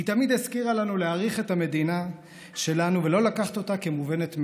היא תמיד הזכירה לנו להעריך את המדינה שלנו ולא לקחת אותה כמובנת מאליה.